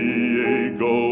Diego